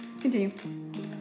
Continue